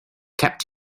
kept